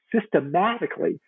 systematically